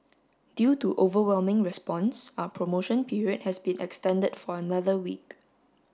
due to overwhelming response our promotion period has been extended for another week